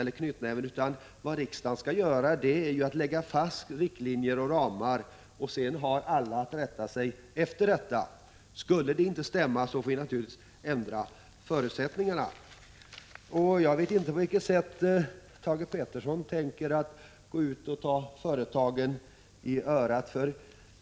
I stället bör riksdagen lägga fast riktlinjer och ramar. Sedan har alla att rätta sig efter detta. Skulle det inte stämma så får vi naturligtvis ändra förutsättningarna. Jag vet inte på vilket sätt Thage Peterson tänker gå ut och ta företagen i örat.